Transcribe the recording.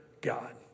God